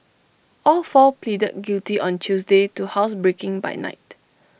all four pleaded guilty on Tuesday to housebreaking by night